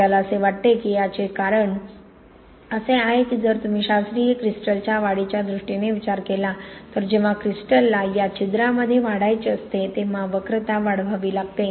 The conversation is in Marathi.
आपल्याला असे वाटते की याचे कारण असे आहे की जर तुम्ही शास्त्रीय क्रिस्टलच्या वाढीच्या दृष्टीने विचार केला तर जेव्हा क्रिस्टलला या छिद्रामध्ये वाढायचे असते तेव्हा वक्रता वाढवावी लागते